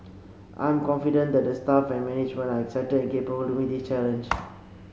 I am confident that the staff and management are excited and capable to meet this challenge